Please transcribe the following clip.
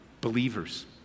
Believers